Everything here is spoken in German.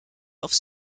aufs